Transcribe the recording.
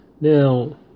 Now